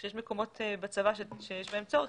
כשיש מקומות בצבא שיש בהם צורך,